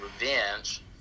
revenge